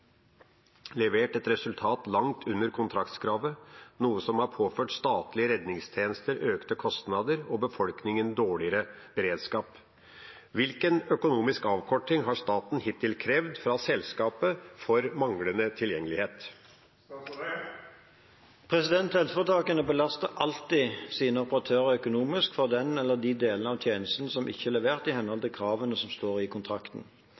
levert et resultat langt under kontraktkravet, noe som har påført statlige redningstjenester økte kostnader og befolkningen dårligere beredskap. Hvilken økonomisk avkorting har staten hittil krevd fra selskapet for manglende tilgjengelighet?» Helseforetakene belaster alltid sine operatører økonomisk for den eller de delene av tjenesten som ikke er levert i henhold til kravene som står i kontrakten.